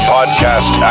Podcast